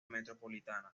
metropolitana